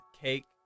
cake